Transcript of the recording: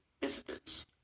visitors